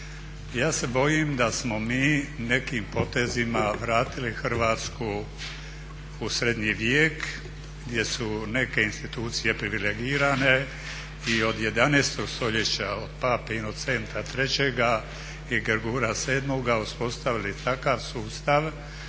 Ja se bojim da smo mi nekim potezima vratili Hrvatsku u srednji vijek gdje su neke institucije privilegirane i od 11.-og stoljeća od Pape Inocenta III i Grgura VII uspostavili takav sustav